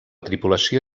tripulació